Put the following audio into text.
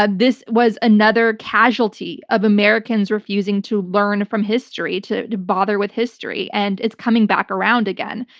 ah this was another casualty of americans refusing to learn from history, to to bother with history and it's coming back around again.